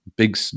big